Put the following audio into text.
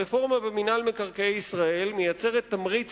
הרפורמה במינהל מקרקעי ישראל מייצרת תמריץ